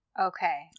Okay